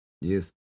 Yes